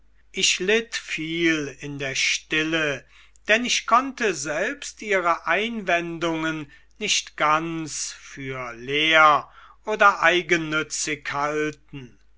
ich litt viel in der stille denn ich konnte selbst ihre einwendungen nicht ganz für leer oder eigennützig halten